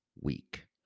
week